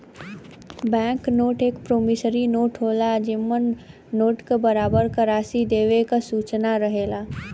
bank note एक promissory note होला जेमन नोट क बराबर क राशि देवे क सूचना रहेला